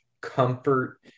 comfort